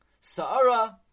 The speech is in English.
saara